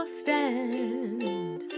stand